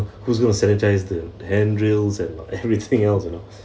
who's going to sanitise the the handrails and everything else you know